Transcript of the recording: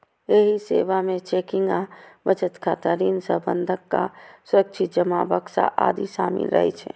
एहि सेवा मे चेकिंग आ बचत खाता, ऋण आ बंधक आ सुरक्षित जमा बक्सा आदि शामिल रहै छै